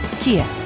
Kia